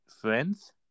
friends